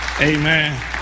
Amen